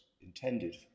intended